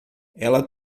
ela